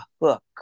hook